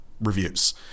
reviews